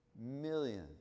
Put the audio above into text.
millions